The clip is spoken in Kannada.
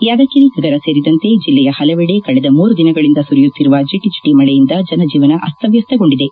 ಯಾದಗಿರಿ ನಗರ ಸೇರಿದಂತೆ ಜಿಲ್ಲೆಯ ಹಲವೆಡೆ ಕಳೆದ ಮೂರು ದಿನಗಳಿಂದ ಸುರಿಯುತ್ತಿರುವ ಜಿಟಿ ಜಿಟಿ ಮಳೆಯಿಂದ ಜನಜೀವನ ಅಸ್ತವ್ಯಸ್ತಗೊಂಡಿದೆ